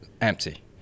empty